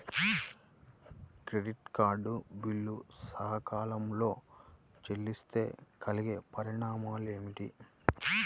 Credit card bill సకాలంలో చెల్లిస్తే కలిగే పరిణామాలేమిటి?